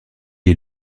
est